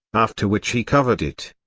after which he covered it.